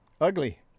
Ugly